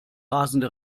rasende